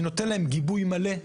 אני נותן להם גיבוי מלא,